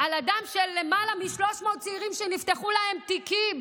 על הדם של למעלה מ-300 צעירים שנפתחו להם תיקים.